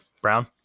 Brown